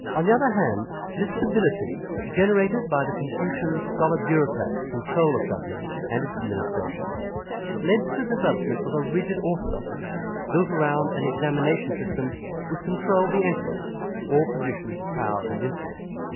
on the other hand, this stability generated by the confucian scholar-bureaucrats' control of government and its administration led to the development of a rigid orthodoxy built around an examination system which controlled the entrance to all positions of power and influence,